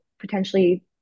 potentially